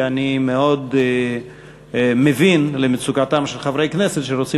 ואני מאוד מבין למצוקתם של חברי כנסת שרוצים